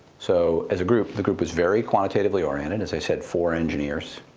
so as a group, the group is very quantitatively oriented. as i said, four engineers,